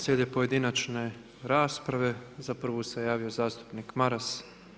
Slijede pojedinačne rasprave, za prvu se javio zastupnik Maras.